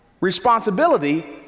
responsibility